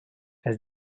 els